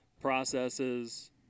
processes